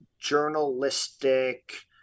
Journalistic